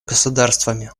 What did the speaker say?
государствами